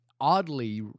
Oddly